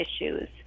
issues